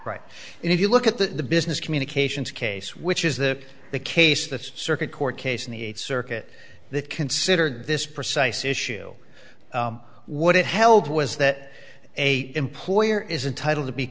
right and if you look at the business communications case which is the the case the circuit court case in the eighth circuit that considered this precise issue what it held was that a employer is entitle to be